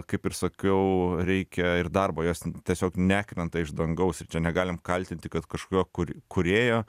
kaip ir sakiau reikia ir darbo jos tiesiog nekrenta iš dangaus ir čia negalim kaltinti kad kažkokio kūrėjo